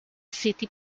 city